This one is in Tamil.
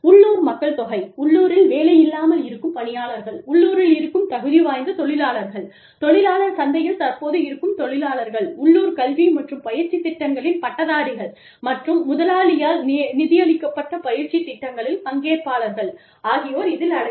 உள்ளூர் மக்கள் தொகை உள்ளூரில் வேலை இல்லாமல் இருக்கும் பணியாளர்கள் உள்ளூரில் இருக்கும் தகுதி வாய்ந்த தொழிலாளர்கள் தொழிலாளர் சந்தையில் தற்போது இருக்கும் தொழிலாளர்கள் உள்ளூர் கல்வி மற்றும் பயிற்சி திட்டங்களின் பட்டதாரிகள் மற்றும் முதலாளியால் நிதியளிக்கப்பட்ட பயிற்சி திட்டங்களில் பங்கேற்பாளர்கள் ஆகியோர் இதில் அடங்குவர்